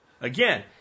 Again